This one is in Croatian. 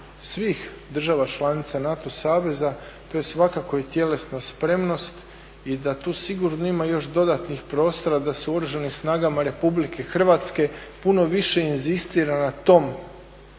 svih država članica NATO saveza, to je svakako i tjelesna spremnost i da tu sigurno ima još dodatnih prostora da se u Oružanim snagama RH puno više inzistira na tom